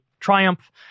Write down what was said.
triumph